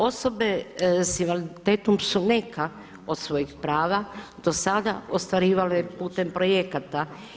Osobe sa invaliditetom su neka od svojih prava do sada ostvarivale putem projekata.